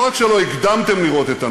לא רק שלא הקדמתם לראות את הנולד,